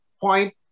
point